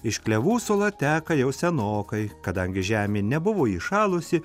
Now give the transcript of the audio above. iš klevų sula teka jau senokai kadangi žemė nebuvo įšalusi